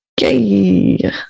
Yay